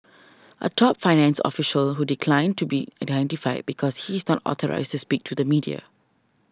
a top finance official who declined to be identified because he is not authorised speak to the media